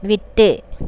விட்டு